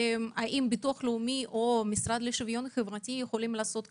האם ביטוח לאומי או המשרד לשוויון חברתי יכולים לעשות קמפיין?